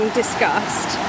discussed